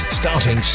starting